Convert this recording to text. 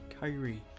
Kyrie